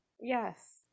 Yes